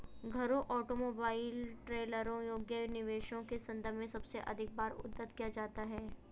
घरों, ऑटोमोबाइल, ट्रेलरों योग्य निवेशों के संदर्भ में सबसे अधिक बार उद्धृत किया जाता है